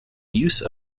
use